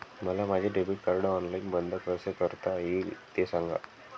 मला माझे debit card online बंद कसे करता येईल, ते सांगा